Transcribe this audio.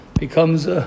becomes